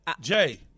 Jay